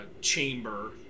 chamber